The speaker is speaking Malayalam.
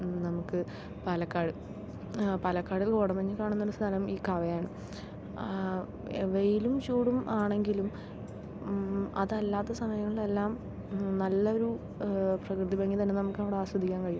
നമുക്ക് പാലക്കാട് പാലക്കാട് കോടമഞ്ഞ് കാണുന്നൊരു സ്ഥലം ഈ കവയാണ് വെയിലും ചൂടും ആണെങ്കിലും അതല്ലാത്ത സമയങ്ങളിലെല്ലാം നല്ലൊരു പ്രകൃതിഭംഗി തന്നെ നമുക്ക് അവിടെ ആസ്വദിക്കാൻ കഴിയും